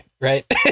Right